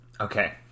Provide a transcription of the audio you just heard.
okay